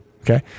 Okay